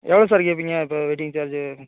எவ்வளோ சார் கேட்பிங்க இப்போ வெய்ட்டிங் சார்ஜு